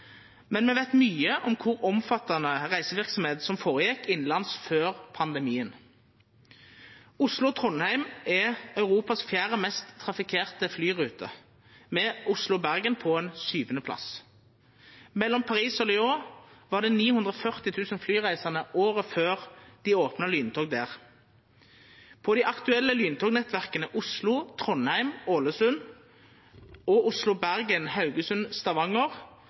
men me veit mykje om kor omfattande reiseverksemd som føregjekk innanlands før pandemien. Oslo–Trondheim er Europas fjerde mest trafikkerte flyrute, med Oslo–Bergen på ein sjuandeplass. Mellom Paris og Lyon var det 940 000 flyreisande året før dei opna lyntog der. På dei aktuelle lyntognettverka Oslo–Trondheim–Ålesund og Oslo–Bergen–Haugesund–Stavanger var det i 2019 høvesvis 3 millionar og